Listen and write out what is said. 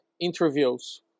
interviews